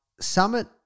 Summit